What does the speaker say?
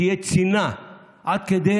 תהיה צינה עד כדי